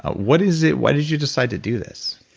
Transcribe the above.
what is it? why did you decide to do this?